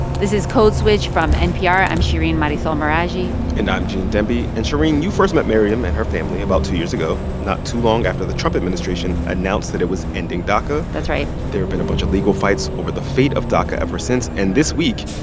this is code switch from npr. i'm shereen marisol meraji and i'm gene demby. and shereen, you first met miriam and her family about two years ago not too long after the trump administration announced that it was ending daca that's right there have been a bunch of legal fights over the fate of daca ever since. and this week,